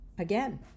again